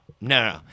no